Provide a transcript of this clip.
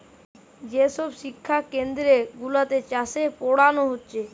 যে সব শিক্ষা কেন্দ্র গুলাতে চাষের পোড়ানা হচ্ছে